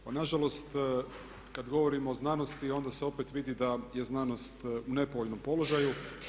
Pa nažalost, kad govorimo o znanosti onda se opet vidi da je znanost u nepovoljnom položaju.